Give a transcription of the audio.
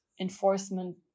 enforcement